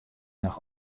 noch